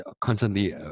constantly